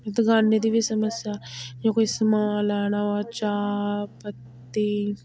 दकानें दी बी समस्या जां कोई समान लैना होऐ चाह् पत्ती